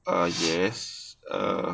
err yes err